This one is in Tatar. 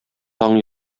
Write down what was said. таң